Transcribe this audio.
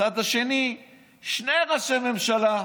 בצד השני שני ראשי ממשלה.